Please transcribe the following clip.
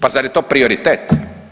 Pa zar je to prioritet?